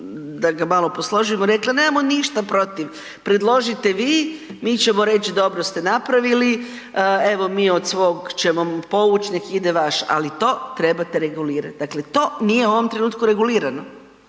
da ga malo posložimo, rekli nemamo ništa protiv, predložite vi, mi ćemo reć dobro ste napravili, evo mi od svog ćemo povuć nek ide vaš, ali to trebate regulirat. Dakle, to nije u ovom trenutku regulirano